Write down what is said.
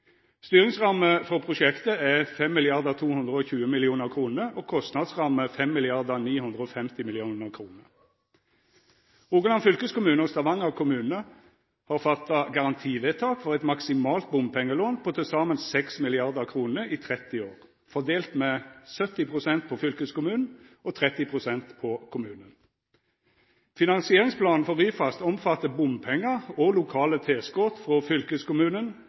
Styringsramme for prosjektet er 5 220 mill. kr, og kostnadsramme er 5 950 mill. kr. Rogaland fylkeskommune og Stavanger kommune har fatta garantivedtak for eit maksimalt bompengelån på til saman 6 mrd. kr i 30 år, fordelt med 70 pst. på fylkeskommunen og 30 pst. på kommunen. Finansieringsplanen for Ryfast omfattar bompengar og lokale tilskot frå fylkeskommunen,